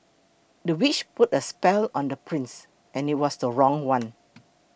the witch put a spell on the prince and it was the wrong one